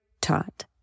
taught